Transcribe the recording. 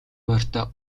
морьтой